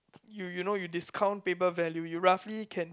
you you know you discount paper value you roughly can